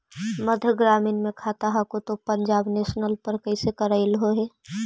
मध्य ग्रामीण मे खाता हको तौ पंजाब नेशनल पर कैसे करैलहो हे?